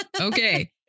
Okay